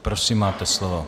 Prosím, máte slovo.